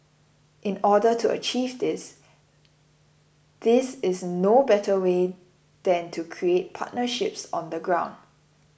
in order to achieve this these is no better way than to create partnerships on the ground